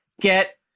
get